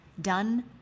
done